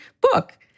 book